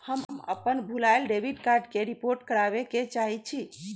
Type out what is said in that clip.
हम अपन भूलायल डेबिट कार्ड के रिपोर्ट करावे के चाहई छी